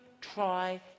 try